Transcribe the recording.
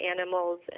Animals